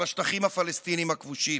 שבשטחים הפלסטיניים הכבושים.